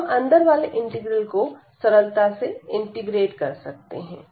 अब हम अंदर वाले इंटीग्रल को सरलता से इंटीग्रेट कर सकते हैं